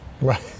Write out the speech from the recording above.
Right